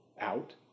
out